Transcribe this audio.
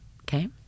okay